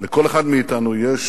לכל אחד מאתנו יש